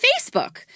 Facebook